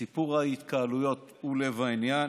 סיפור ההתקהלויות הוא לב העניין.